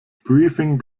briefing